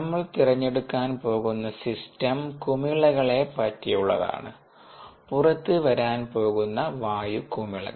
നമ്മൾ തിരഞ്ഞെടുക്കാൻ പോകുന്ന സിസ്റ്റം കുമിളകളെ പറ്റിയുള്ളതാണ് പുറത്തു വരാൻ പോകുന്ന വായു കുമിളകൾ